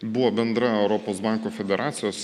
buvo bendra europos bankų federacijos